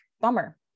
Bummer